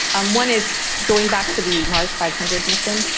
um one is going back to the mars five hundred mission.